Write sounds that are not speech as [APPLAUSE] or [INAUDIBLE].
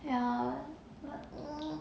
ya but [NOISE]